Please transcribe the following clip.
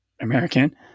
American